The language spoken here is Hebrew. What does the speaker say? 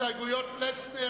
הסתייגויות פלסנר